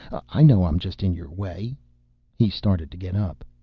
i know i'm just in your way he started to get up.